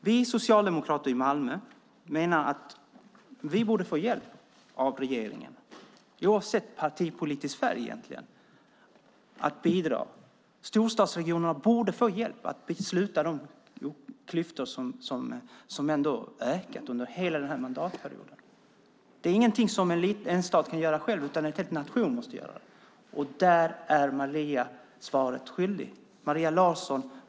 Vi socialdemokrater i Malmö menar att vi egentligen borde få hjälp av regeringen och att de, oavsett partipolitisk färg, bidrar. Storstadsregionerna borde få hjälp att sluta de klyftor som har ökat under hela den här mandatperioden. Det är ingenting som en stad kan göra själv, utan det är något som en hel nation måste göra. Där är Maria Larsson svaret skyldig.